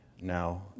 now